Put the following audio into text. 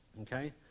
Okay